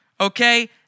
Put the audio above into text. okay